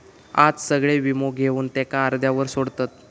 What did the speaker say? आज सगळे वीमो घेवन त्याका अर्ध्यावर सोडतत